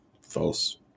false